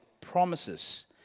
promises